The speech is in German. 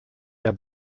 der